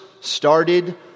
started